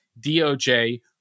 DOJ